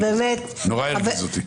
נורא הרגיז אותי.